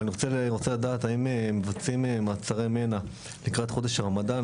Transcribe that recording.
אבל אני רוצה לדעת הם מבצעים מעצרי מנע לקראת חודש הרמדאן?